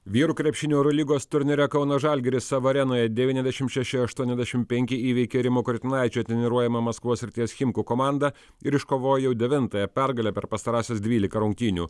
vyrų krepšinio eurolygos turnyre kauno žalgiris savo arenoje devyniasdešim šeši aštuoniasdešim penki įveikė rimo kurtinaičio treniruojamą maskvos srities chimkų komandą ir iškovojo devintąją pergalę per pastarąsias dvylika rungtynių